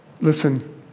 Listen